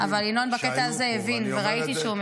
אבל ינון בקטע הזה הבין -- חבר הכנסת הכי חברתי שהיה פה.